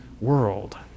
world